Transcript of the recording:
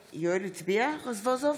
אדלשטיין,